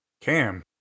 Cam